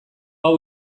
hau